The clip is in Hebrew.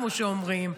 כמו שאומרים.